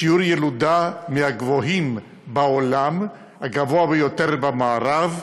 שיעור ילודה מהגבוהים בעולם, הגבוה ביותר במערב,